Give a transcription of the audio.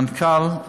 המנכ"ל,